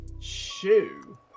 Shoe